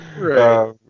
right